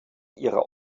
ihrer